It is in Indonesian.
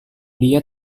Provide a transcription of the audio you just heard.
dia